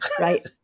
Right